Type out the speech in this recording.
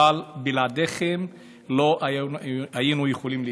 אבל בלעדיכם לא היינו יכולים להתקדם.